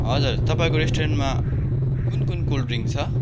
हजुर तपाईँको रेस्टुरेन्टमा कुन कुन कोल्ड ड्रिङ्क छ